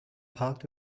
parked